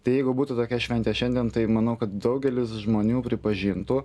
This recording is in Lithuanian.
tai jeigu būtų tokia šventė šiandien tai manau kad daugelis žmonių pripažintų